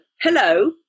hello